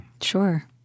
Sure